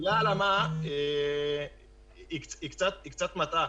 המילה הלאמה קצת מטעה.